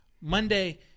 monday